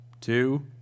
two